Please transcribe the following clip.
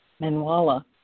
Manwala